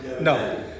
No